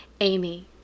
Amy